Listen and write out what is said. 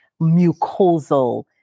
mucosal